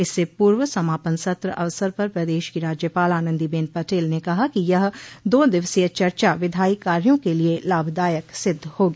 इससे पूर्व समापन सत्र अवसर पर प्रदेश की राज्यपाल आनन्दीबेन पटेल ने कहा कि यह दो दिवसीय चर्चा से विधायी कार्यो के लिये लाभदायक सिद्ध होगी